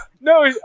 no